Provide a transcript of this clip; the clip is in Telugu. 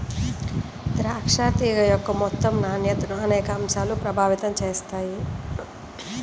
ద్రాక్ష తీగ యొక్క మొత్తం నాణ్యతను అనేక అంశాలు ప్రభావితం చేస్తాయి